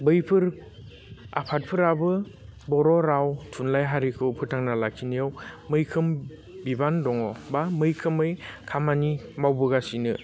बैफोर आफादफोराबो बर' राव थुनलाइ हारिखौ फोथांना लाखिनायाव मैखोम बिबान दङ बा मैखोमै खामानि मावबोगासिनो